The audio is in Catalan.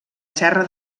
serra